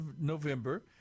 November